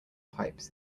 pipes